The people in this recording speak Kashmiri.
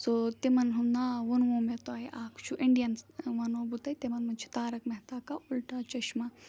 سو تِمَن ہُنٛد ناو ووٚنمو مےٚ تۄہہِ اَکھ چھُ اِنڈیَن وَنو بہٕ تۄہہِ تِمَن منٛز چھِ تارَک محتاکا اُلٹا چشما